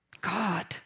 God